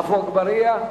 עפו אגבאריה?